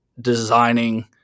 designing